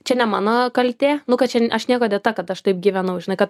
čia ne mano kaltė nu kad šiandien aš niekuo dėta kad aš taip gyvenau žinai kad